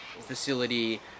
facility